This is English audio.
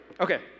Okay